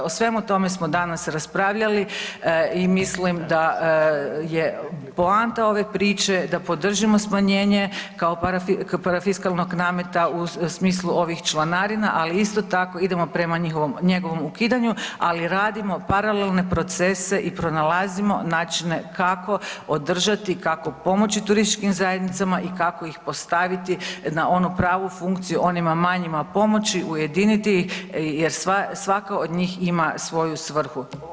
O svemu tome smo danas raspravljali i mislim da je poanta ove priče da podržimo smanjenje kao parafiskalnog nameta u smislu ovih članarina, ali isto tako idemo prema njihovom, njegovom ukidanju, ali radimo paralelne procese i pronalazimo načine kako održati, kako pomoći turističkim zajednicama i kako ih postaviti na onu pravu funkciju, onima manjima pomoći, ujediniti ih jer svaka od njih imaju svoju svrhu.